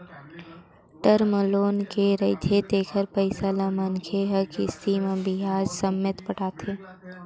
term loan ले रहिथे तेखर पइसा ल मनखे ह किस्ती म बियाज ससमेत पटाथे